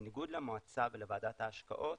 בניגוד למועצה ולוועדת ההשקעות,